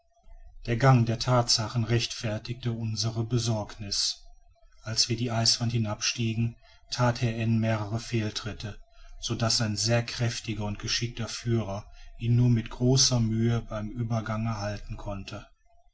der gang der thatsachen rechtfertigte unsere besorgniß als wir die eiswand hinab stiegen that herr n mehrere fehltritte so daß sein sehr kräftiger und geschickter führer ihn nur mit großer mühe beim uebergange halten konnte